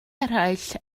eraill